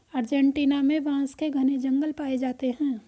Argentina में बांस के घने जंगल पाए जाते हैं